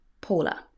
Paula